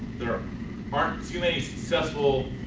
there aren't too many successful